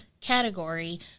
category